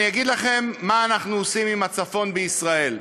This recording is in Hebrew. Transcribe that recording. אני אגיד לכם מה אנחנו עושים עם הצפון בישראל.